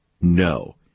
No